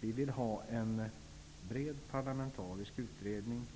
Vi vill ha en bred parlamentarisk utredning